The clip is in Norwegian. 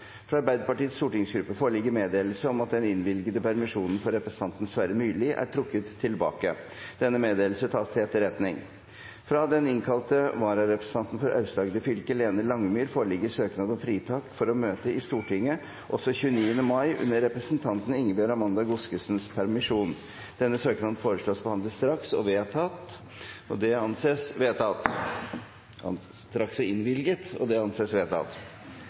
Fra Arbeiderpartiets stortingsgruppe foreligger meddelelse om at den innvilgede permisjon for representanten Sverre Myrli er trukket tilbake. – Denne meddelelse tas til etterretning. Fra den innkalte vararepresentant for Aust-Agder fylke, Lene Langemyr , foreligger søknad om fritak for å møte i Stortinget også 29. mai, under representanten Ingebjørg Amanda Godskesens permisjon. Etter forslag fra presidenten ble enstemmig besluttet: Søknaden behandles straks og